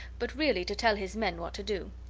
but really to tell his men what to do.